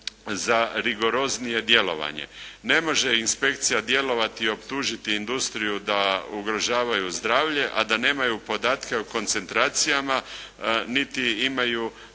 za rigoroznije djelovanje. Ne može inspekcija djelovati i optužiti industriju da ugrožavaju zdravlje, a da nemaju podatke o koncentracijama niti imaju